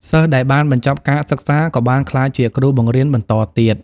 សិស្សដែលបានបញ្ចប់ការសិក្សាក៏បានក្លាយជាគ្រូបង្រៀនបន្តទៀត។